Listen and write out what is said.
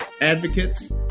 advocates